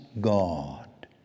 God